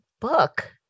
book